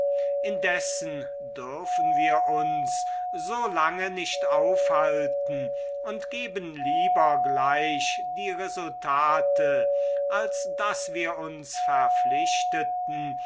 indessen dürfen wir uns so lange nicht aufhalten und geben lieber gleich die resultate als daß wir uns verpflichteten